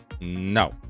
No